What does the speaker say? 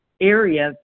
area